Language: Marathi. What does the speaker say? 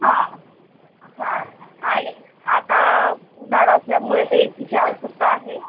हां हां आणि आता उन्हाळा असल्यामुळे ते एसीची आवश्यकता आहे